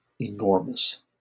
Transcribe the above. enormous